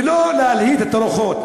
ולא להלהיט את הרוחות.